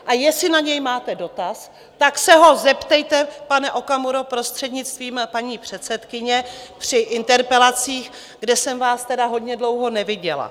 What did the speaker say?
A jestli na něj máte dotaz, tak se ho zeptejte, pane Okamuro, prostřednictvím paní předsedkyně, při interpelacích, kde jsem vás tedy hodně dlouho neviděla.